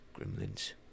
Gremlins